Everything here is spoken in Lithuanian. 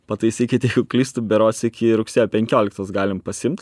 pataisykit klystu berods iki rugsėjo penkioliktos galim pasiimt